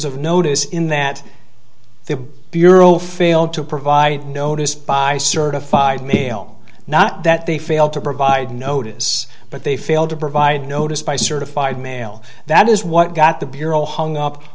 of notice in that the bureau failed to provide notice by certified mail not that they failed to provide notice but they failed to provide notice by certified mail that is what got the bureau hung up